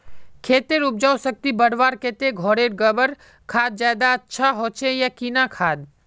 खेतेर उपजाऊ शक्ति बढ़वार केते घोरेर गबर खाद ज्यादा अच्छा होचे या किना खाद?